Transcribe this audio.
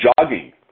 jogging